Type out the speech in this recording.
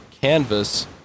Canvas